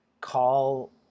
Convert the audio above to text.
call